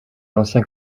l’ancien